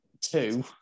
two